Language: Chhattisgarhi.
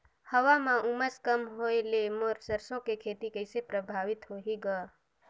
हवा म उमस कम होए ले मोर सरसो के खेती कइसे प्रभावित होही ग?